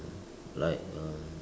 like um